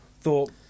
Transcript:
thought